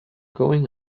going